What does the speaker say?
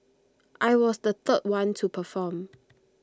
I was the third one to perform